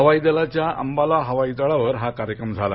हवाई दलाच्या अंबाला हवाई तळावर हा कार्यक्रम झाला